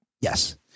Yes